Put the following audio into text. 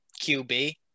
QB